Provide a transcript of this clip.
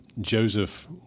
Joseph